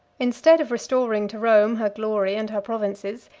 instead of restoring to rome her glory and her provinces,